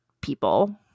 people